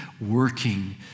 working